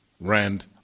rand